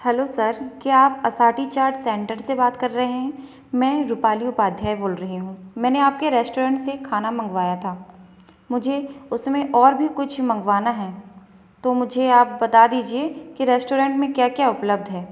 hello sir क्या आप Asati chaat centre से बात कर रहे हैं मैं रुपाली उपाध्याय बोल रही हूँ मैंने आपके रेस्टोरेंट से खाना मंगवाया था मुझे उसमें और भी कुछ मंगवाना है तो मुझे आप बता दीजिये की रेस्टोरेंट में क्या क्या उपलब्ध है